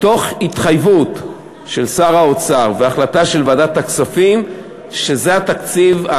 תוך התחייבות של שר האוצר והחלטה של ועדת הכספים שזה התקציב,